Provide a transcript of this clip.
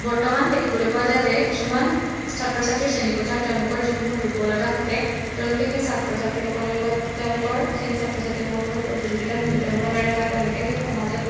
বৰ্তমান দেখিবলৈ পোৱা যায় যে কিছুমান ছাত্ৰ ছাত্ৰীৰ শ্ৰেণীকোঠাত তেওঁলোকৰ যিসমূহ দুৰ্বলতা থাকে তেওঁলোকে সেই ছাত্ৰ ছাত্ৰীসকলৰ লগত তেওঁলোকৰ শ্ৰেণী ছাত্ৰ ছাত্ৰীসকলৰ লগত প্ৰতিযোগিতাত মিলিত হ'ব নোৱাৰে বা তেওঁলোকে সেই সমাজত